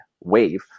wave